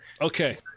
Okay